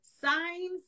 signs